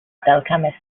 alchemist